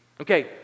Okay